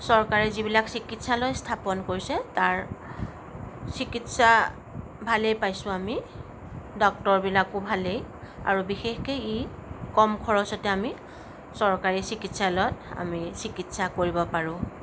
চৰকাৰে যিবিলাক চিকিৎসালয় স্থাপন কৰিছে তাৰ চিকিৎসা ভালেই পাইছোঁ আমি ডক্তৰবিলাকো ভালেই আৰু বিশেষকৈ ই কম খৰচতে আমি চৰকাৰী চিকিৎসালয়ত আমি চিকিৎসা কৰিব পাৰোঁ